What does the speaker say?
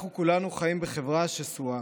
אנחנו כולנו חיים בחברה שסועה,